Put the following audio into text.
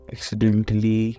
Accidentally